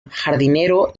jardinero